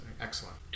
excellent